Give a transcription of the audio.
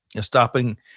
stopping